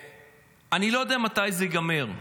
ואני לא יודע מתי זה ייגמר.